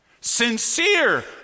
Sincere